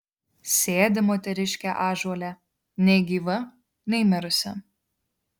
sėdi moteriškė ąžuole nei gyva nei mirusi